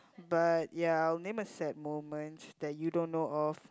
but ya I'll name a sad moment that you don't know of